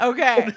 Okay